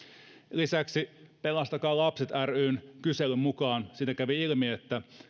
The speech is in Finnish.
lisäksi pelastakaa lapset ryn kyselyn mukaan kävi ilmi että